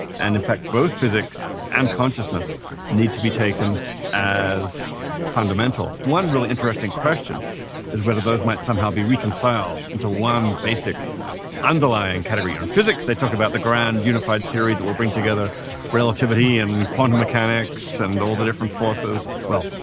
and, in fact, both physics and consciousness need to be taken as fundamental. one really interesting question is whether those might somehow be reconciled into one basic underlying category in physics. they talk about the grand, unified period that will bring together relativity and quantum mechanics and all the different forces. well,